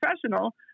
professional